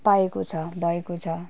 पाएको छ भएको छ